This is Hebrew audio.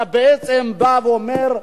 אתה בעצם בא ואומר: